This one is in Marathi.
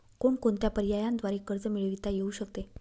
कोणकोणत्या पर्यायांद्वारे कर्ज मिळविता येऊ शकते?